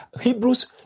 Hebrews